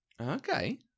Okay